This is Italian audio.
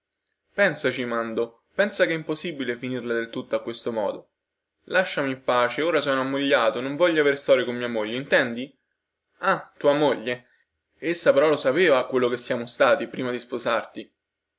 pensaci mando pensa che è impossibile finirla del tutto a questo modo lasciami in pace ora sono ammogliato non voglio aver storie con mia moglie intendi ah tua moglie essa però lo sapeva quello che siamo stati prima di sposarti